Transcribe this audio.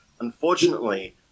Unfortunately